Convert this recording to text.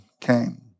came